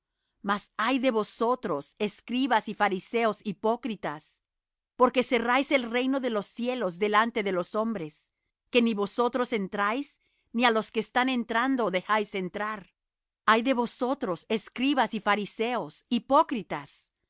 mas ay de vosotros escribas y fariseos hipócritas porque cerráis el reino de los cielos delante de los hombres que ni vosotros entráis ni á los que están entrando dejáis entrar ay de vosotros escribas y fariseos hipócritas